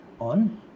on